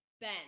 Ben